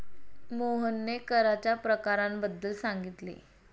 मोहनने कराच्या प्रकारांबद्दल सांगितले